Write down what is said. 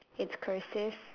it's cursive